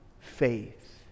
faith